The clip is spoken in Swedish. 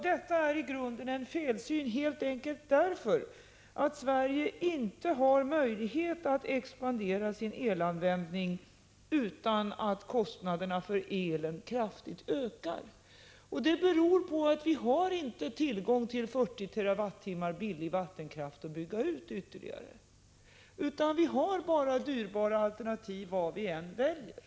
Detta är i grunden en felsyn helt enkelt därför att Sverige inte har möjlighet att expandera sin elanvändning utan att kostnaderna för elen kraftigt ökar. Detta beror på att vi inte har tillgång till utbyggnad av ytterligare 40 TWh billig vattenkraft. Vi har bara dyra alternativ vad vi än väljer.